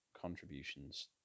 contributions